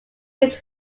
village